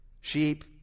Sheep